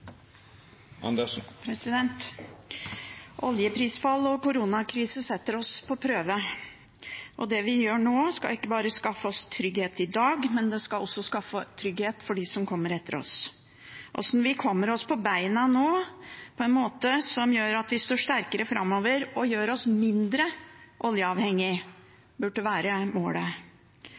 Oljeprisfall og koronakrise setter oss på prøve, og det vi gjør nå, skal ikke bare skaffe oss trygghet i dag, men det skal også skaffe trygghet for dem som kommer etter oss. Hvordan vi kommer oss på beina nå på en måte som gjør at vi står sterkere framover og gjør oss mindre oljeavhengig, burde være målet.